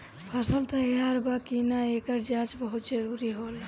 फसल तैयार बा कि ना, एकर जाँच बहुत जरूरी होला